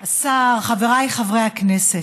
השר, חבריי חברי הכנסת,